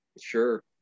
sure